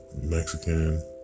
Mexican